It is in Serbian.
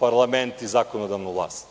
parlament i zakonodavnu vlast.